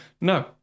No